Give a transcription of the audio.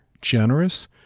generous